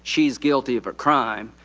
she's guilty of a crime,